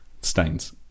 stains